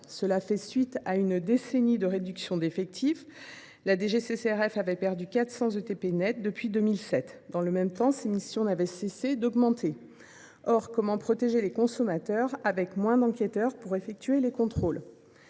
Cela fait suite à une décennie de réduction d’effectifs : la DGCCRF avait perdu 400 ETPT net depuis 2007. Dans le même temps, ses missions n’avaient pas cessé d’augmenter. Or comment protéger les consommateurs avec moins d’enquêteurs pour effectuer les contrôles ?